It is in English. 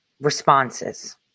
responses